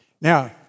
Now